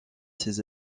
ses